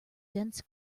dense